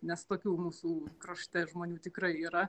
nes tokių mūsų krašte žmonių tikrai yra